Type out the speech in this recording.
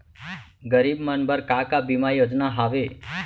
गरीब मन बर का का बीमा योजना हावे?